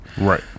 Right